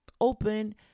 open